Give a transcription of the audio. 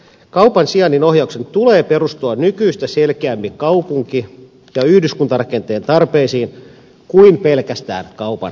kaupan sijainninohjauksen tulee perustua nykyistä selkeämmin kaupunki ja yhdyskuntarakenteen tarpeisiin kuin pelkästään kaupan tarpeisiin